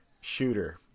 shooter